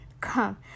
Come